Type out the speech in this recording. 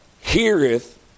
heareth